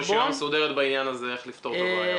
יש לנו רשימה מסודרת בעניין הזה איך לפתור את הבעיה.